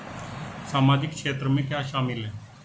सामाजिक क्षेत्र में क्या शामिल है?